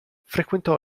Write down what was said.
frequentò